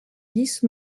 dix